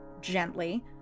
Gently